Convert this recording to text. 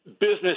business